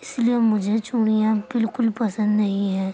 اس لیے مجھے چوڑیاں بالکل پسند نہیں ہیں